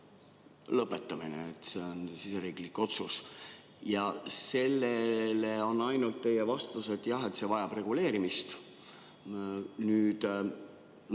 lõpetamine. See oli siseriiklik otsus. Ja selle kohta on ainult teie vastus, et jah, et see vajab reguleerimist. Nüüd,